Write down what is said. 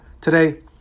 Today